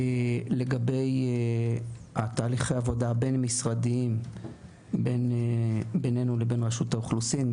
לגבי תהליכי העבודה הבין משרדיים ביננו לבין רשות האוכלוסין,